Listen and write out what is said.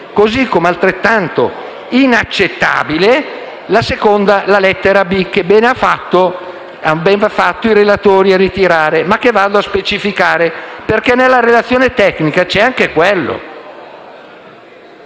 Così come altrettanto inaccettabile è la lettera *b)*, che bene hanno fatto i relatori a ritirare, ma che vado a specificare perché nella relazione tecnica c'è anche quello: